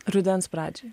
rudens pradžioj